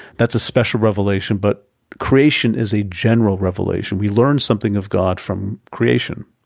that's a special revelation, but creation is a general revelation. we learn something of god from creation.